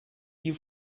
you